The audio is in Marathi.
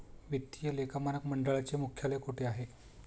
वित्तीय लेखा मानक मंडळाचे मुख्यालय कोठे आहे?